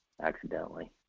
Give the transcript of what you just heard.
accidentally